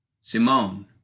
Simone